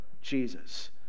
Jesus